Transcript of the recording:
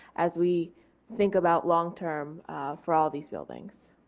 as we think about long-term for all these buildings.